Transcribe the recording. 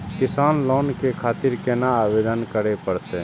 किसान लोन के खातिर केना आवेदन करें परतें?